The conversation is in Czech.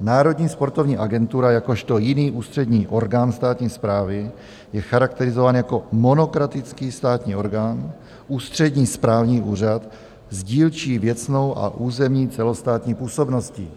Národní sportovní agentura jakožto jiný ústřední orgán státní správy je charakterizován jako monokratický státní orgán, ústřední správní úřad s dílčí věcnou a územní celostátní působností,